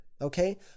Okay